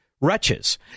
wretches